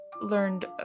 learned